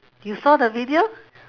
you saw the video